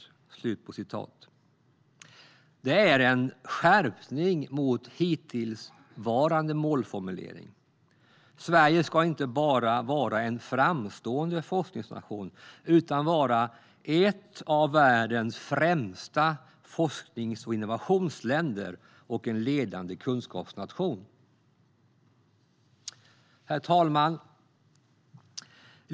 Detta är en skärpning mot hittillsvarande målformulering - Sverige ska inte bara vara en framstående forskningsnation utan ett av världens främsta forsknings och innovationsländer och en ledande kunskapsnation. Herr talman!